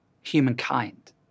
humankind